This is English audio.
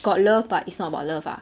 got love but it's not about love ah